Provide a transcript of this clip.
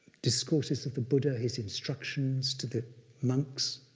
discourses of the buddha, his instructions to the monks,